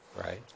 right